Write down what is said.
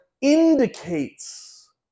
indicates